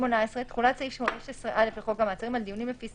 תחולת סעיף 16א לחוק המעצרים על דיונים לפי